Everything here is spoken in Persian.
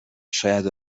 شاید